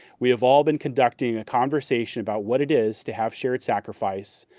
we have all been conducting a conversation about what it is to have shared sacrifice,